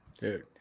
dude